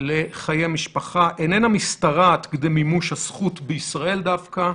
לחיי משפחה איננה משתרעת כדי מימוש הזכות בישראל דווקא,